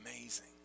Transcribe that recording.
amazing